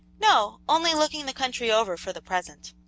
no, only looking the country over, for the present.